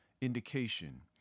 indication